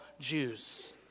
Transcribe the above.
Jews